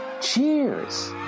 cheers